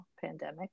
pandemic